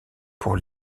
pour